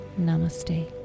Namaste